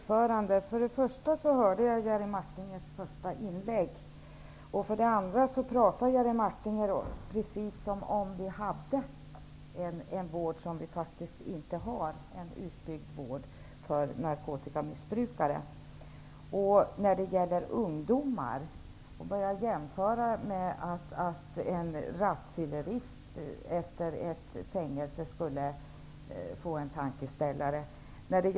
Herr talman! För det första hörde jag Jerry Martingers första inlägg, och för det andra talar han precis som om vi hade en utbyggd vård för narkotikamissbrukare, som vi faktiskt inte har. Man kan inte jämföra ungdomar med en rattfyllerist som efter ett fängelsestraff skulle få en tankeställare.